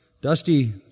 dusty